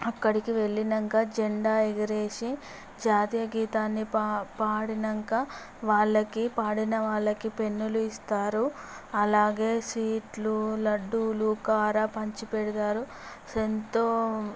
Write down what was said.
అక్కడికి వెళ్ళినాకా జెండా ఎగరేసి జాతీయ గీతాన్ని పా పాడినాక వాళ్ళకి పాడిన వాళ్ళకి పెన్నులు ఇస్తారు అలాగే స్వీట్లు లడ్డూలు కార పంచిపెడతారు అసలెంతో